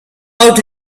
out